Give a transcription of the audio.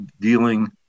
dealing